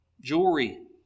Jewelry